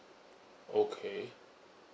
okay